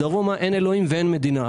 ומביר עסלוג' דרומה אין אלוהים ואין מדינה.